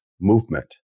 movement